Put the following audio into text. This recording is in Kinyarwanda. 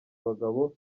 umugabo